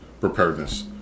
preparedness